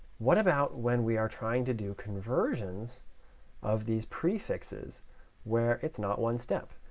what about when we are trying to do conversions of these prefixes where it's not one step?